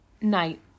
night